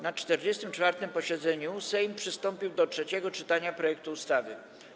Na 44. posiedzeniu Sejm przystąpił do trzeciego czytania projektu ustawy.